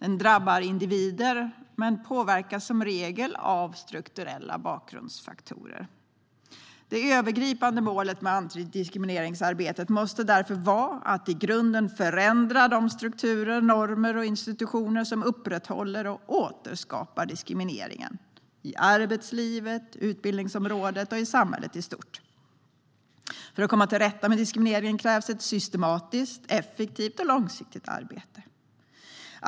Den drabbar individer men påverkas som regel av strukturella bakgrundsfaktorer. Det övergripande målet med antidiskrimineringsarbetet måste därför vara att i grunden förändra de strukturer, normer och institutioner som upprätthåller och återskapar diskrimineringen i arbetslivet, på utbildningsområdet och i samhället i stort. För att komma till rätta med diskriminering krävs ett systematiskt, effektivt och långsiktigt arbete.